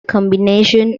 combination